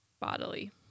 bodily